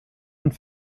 und